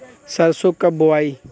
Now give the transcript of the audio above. सरसो कब बोआई?